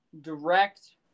direct